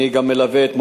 אני גם מלווה את זה.